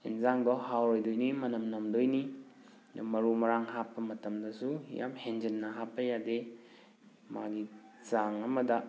ꯏꯟꯖꯥꯡꯗꯣ ꯍꯥꯎꯔꯣꯏꯗꯣꯏꯅꯤ ꯃꯅꯝ ꯅꯝꯗꯣꯏꯅꯤ ꯑꯗꯨ ꯃꯔꯨ ꯃꯔꯥꯡ ꯍꯥꯞꯄ ꯃꯇꯝꯗꯁꯨ ꯌꯥꯝ ꯍꯦꯟꯖꯤꯟꯅ ꯍꯥꯞꯄ ꯌꯥꯗꯦ ꯃꯥꯒꯤ ꯆꯥꯡ ꯑꯃꯗ